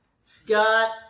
Scott